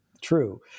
true